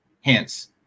hence